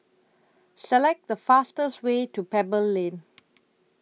Select The fastest Way to Pebble Lane